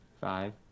five